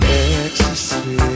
ecstasy